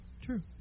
True